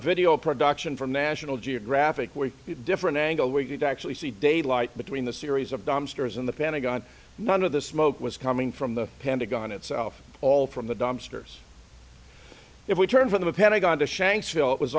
video production from national geographic we get a different angle we could actually see daylight between the series of dumpsters and the pentagon none of the smoke was coming from the pentagon itself all from the dumpsters if we turn from the pentagon to shanks